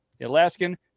Alaskan